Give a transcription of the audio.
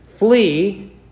Flee